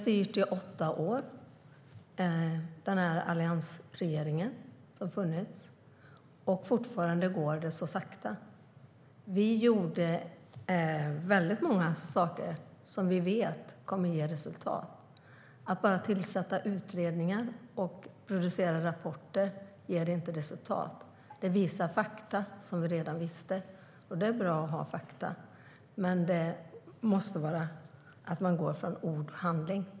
Vi gjorde många saker som vi vet kommer att ge resultat. Att bara tillsätta utredningar och producera rapporter ger inte resultat. Det visar fakta som vi redan kände till. Det är bra att ha fakta, men man måste gå från ord till handling.